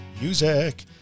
music